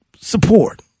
support